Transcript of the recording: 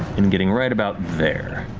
and getting right about there.